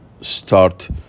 start